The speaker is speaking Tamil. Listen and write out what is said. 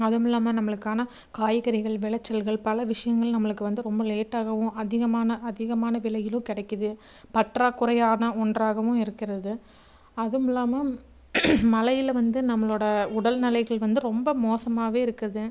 அதுவும் இல்லாமல் நம்மளுக்கான காய்கறிகள் விளைச்சல்கள் பல விஷயங்கள் நம்மளுக்கு வந்து ரொம்ப லேட்டாகவும் அதிகமான அதிகமான விலையிலும் கிடைக்கிது பற்றாக்குறையான ஒன்றாகவும் இருக்கிறது அதுவும் இல்லாமல் மழையில் வந்து நம்மளோடய உடல் நிலைகள் வந்து ரொம்ப மோசமாக இருக்குது